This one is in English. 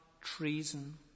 treason